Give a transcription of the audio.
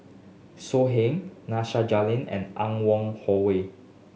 So Heng Nasir Jalil and Anne Wong Holloway